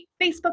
Facebook